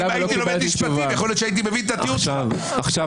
לנו הצגה נפרדת עם כמה חברי כנסת בקואליציה שמסבירים לכולם כמה זו